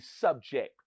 subject